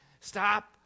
Stop